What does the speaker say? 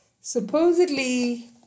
supposedly